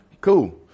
Cool